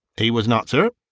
he was not, sir.